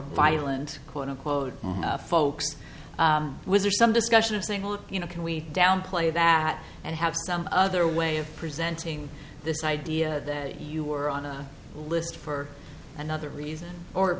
violent quote unquote folks was there some discussion of saying what you know can we downplay that and have some other way of presenting this idea that you were on a list for another reason or